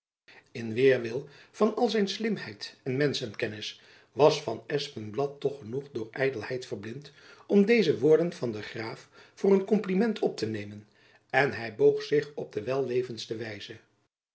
in weêrwil van al zijn slimheid en menschenkennis was van espenblad toch genoeg door ydelheid verblind om deze woorden van den graaf voor een kompliment op te nemen en hy boog zich op de wellevendste wijze